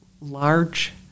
large